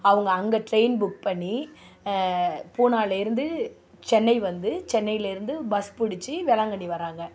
அவங்க அங்கே train book பண்ணி பூனாவிலே இருந்து சென்னை வந்து சென்னையில இருந்து பஸ் பிடிச்சி வேளாங்கண்ணி வராங்க